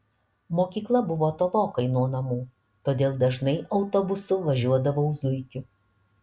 mokykla buvo tolokai nuo namų todėl dažnai autobusu važiuodavau zuikiu